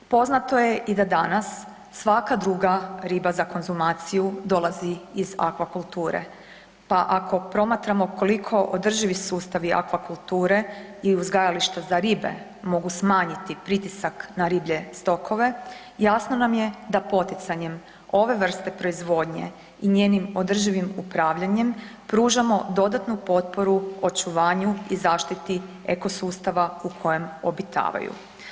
Poznato je i da danas svaka druga riba za konzumaciju dolazi iz akvakulture, pa ako promatramo koliko održivi sustavi akvakulture i uzgajališta za ribe mogu smanjiti pritisak na riblje stokove, jasno nam je da poticanjem ove vrste proizvodnje i njenim održivim upravljanjem pružamo dodatnu potporu očuvanju i zaštiti ekosustava u kojem obitavaju.